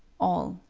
all,